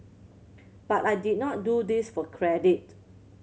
but I did not do this for credit